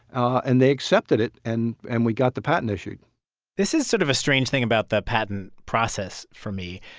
and they accepted it, and and we got the patent issued this is sort of a strange thing about the patent process for me.